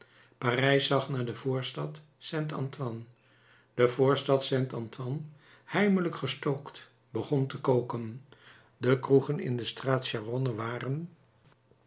parijs zag naar de voorstad st antoine de voorstad st antoine heimelijk gestookt begon te koken de kroegen in de straat charonne waren